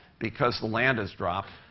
because the land has dropped,